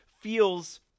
feels